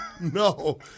no